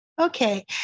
Okay